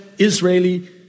Israeli